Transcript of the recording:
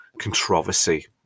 controversy